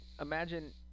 imagine